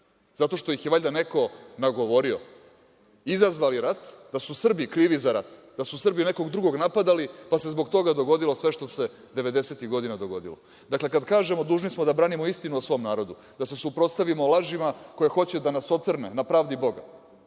zato što ih je valjda neko nagovorio, izazvali rat, da su Srbi krivi za rat, da su Srbi nekog drugog napadali, pa se zbog toga dogodilo sve što se 90-ih godina dogodilo. Dakle, kada kažemo da smo dužni da branimo istinu o svom narodu, da se suprotstavimo lažima koje hoće da nas ocrne na pravdi Boga,